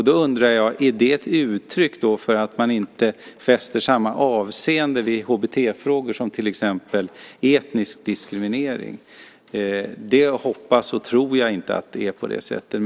Då undrar jag: Är det ett uttryck för att man inte fäster samma avseende vid HBT-frågor som vid till exempel etnisk diskriminering? Jag hoppas och tror att det inte är på det sättet.